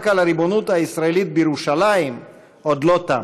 על הריבונות הישראלית בירושלים עוד לא תם.